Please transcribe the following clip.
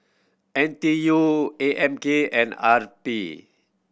N T U A M K and R